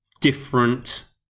different